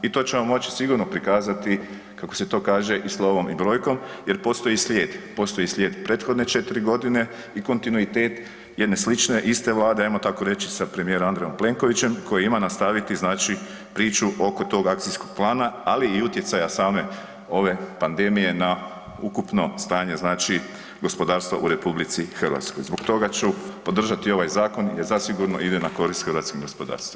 I to ćemo moći sigurno prikazati kako se to kaže, i slovom i brojkom jer postoji slijed, postoji slijed prethodne 4 g. i kontinuitet jedne slične, iste Vlade ajmo tako reći sa premijerom A. Plenkovićem koji ima nastaviti znači priču oko tog akcijskog plana ali i utjecaja same ove pandemije na ukupno stanje znači gospodarstva u RH, zbog toga ću podržati ovaj zakon jer zasigurno na korist hrvatskim gospodarstvenicima.